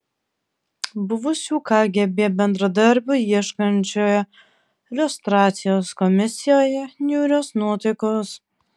buvusių kgb bendradarbių ieškančioje liustracijos komisijoje niūrios nuotaikos